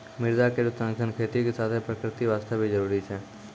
मृदा केरो संरक्षण खेती के साथें प्रकृति वास्ते भी जरूरी छै